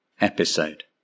episode